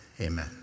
amen